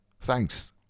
Thanks